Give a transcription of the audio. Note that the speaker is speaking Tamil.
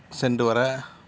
சென்று வர